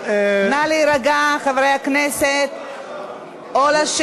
חברי הכנסת, נא להירגע.